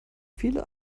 viele